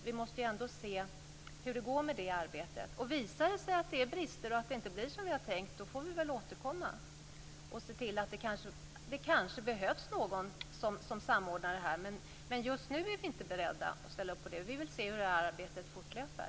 Vi måste ändå se hur det går med det arbetet. Visar det sig att det är brister och att det inte blir som vi har tänkt får vi väl återkomma. Det kanske behövs någon som samordnar det här. Men just nu är vi inte beredda att ställa upp på det. Vi vill se hur det här arbetet fortlöper.